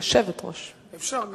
אפשר גם.